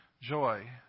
joy